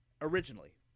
originally